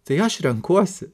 tai aš renkuosi